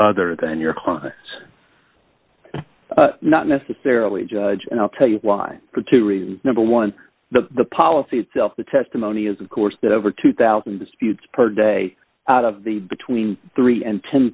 better than your client not necessarily judge and i'll tell you why for two reasons number one the policy itself the testimony is of course that over two thousand disputes per day out of the between three and ten